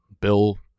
bill